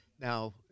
now